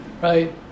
right